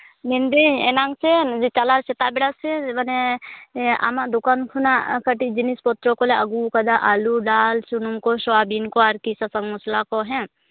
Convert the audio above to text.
ᱢᱮᱱᱫᱤᱧ ᱮᱱᱟᱝ ᱥᱮ ᱪᱟᱞᱟᱣ ᱥᱮᱛᱟᱜ ᱵᱮᱲᱟ ᱥᱮ ᱢᱟᱱᱮ ᱟᱢᱟᱜ ᱫᱚᱠᱟᱱ ᱠᱷᱚᱱᱟᱜ ᱠᱟᱹᱴᱤᱡ ᱡᱤᱱᱤᱥ ᱯᱚᱛᱨᱚ ᱠᱚᱞᱮ ᱟᱹᱜᱩᱣᱟᱠᱟᱫᱟ ᱟᱹᱞᱩ ᱫᱟᱹᱞ ᱥᱩᱱᱩᱢ ᱠᱚ ᱥᱚᱣᱟᱵᱤᱱ ᱠᱚ ᱟᱨᱠᱤ ᱥᱟᱥᱟᱝ ᱢᱚᱥᱞᱟ ᱠᱚ ᱦᱮᱸ